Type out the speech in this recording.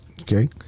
Okay